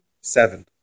Seven